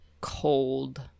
cold